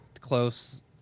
close